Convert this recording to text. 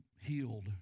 healed